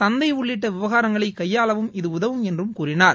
சந்தை உள்ளிட்ட விவகாரங்களை கையாளவும் இது உதவும் என்றும் கூறினார்